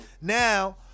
Now